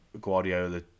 Guardiola